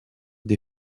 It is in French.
des